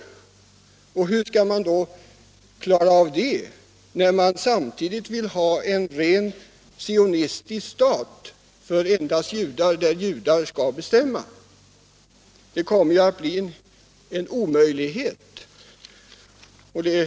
Hur skall man klara det, när man samtidigt vill ha en rent sionistisk stat för endast judar och där judar skall bestämma? Det kommer att bli en omöjlig situation.